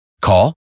Call